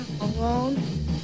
alone